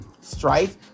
Strife